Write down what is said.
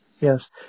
yes